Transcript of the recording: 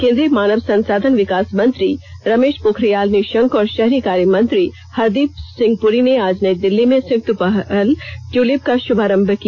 केंद्रीय मानव संसाधन विकास मंत्री रमेश पोखरियाल निशंक और शहरी कार्य मंत्री हरदीप सिंह पुरी ने आज नई दिल्ली में संयुक्त पहल ट्यूलिप का श्भारंभ किया